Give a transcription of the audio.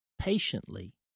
patiently